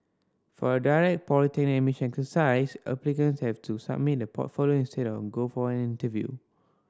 for the direct polytechnic admission exercise applicants have to submit a portfolio instead and go for an interview